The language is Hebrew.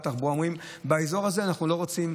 התחבורה ואומרים: באזור הזה אנחנו לא רוצים.